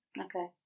Okay